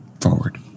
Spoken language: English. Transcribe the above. forward